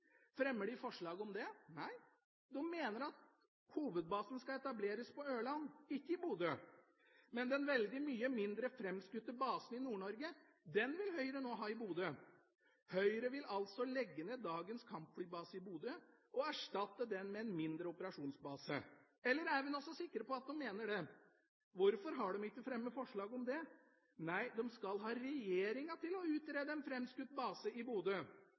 Fremmer de forslag om det? Nei, de mener at hovedbasen skal etableres på Ørland, ikke i Bodø. Men den veldig mye mindre framskutte basen i Nord-Norge, den vil Høyre nå ha i Bodø. Høyre vil altså legge ned dagens kampflybase i Bodø og erstatte den med en mindre operasjonsbase. Eller er vi nå så sikre på at de mener det? Hvorfor har de ikke fremmet forslag om det? Nei, de skal ha regjeringa til å utrede en framskutt base i Bodø.